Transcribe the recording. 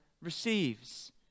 receives